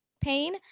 pain